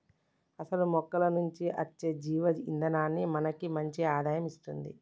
అసలు మొక్కల నుంచి అచ్చే జీవ ఇందనాన్ని మనకి మంచి ఆదాయం ఇస్తుంది